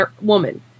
woman